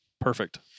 perfect